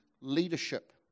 leadership